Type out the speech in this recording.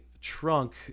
trunk